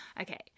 Okay